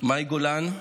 מאי גולן,